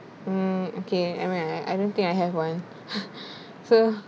mm okay I mean I I I don't think I have one so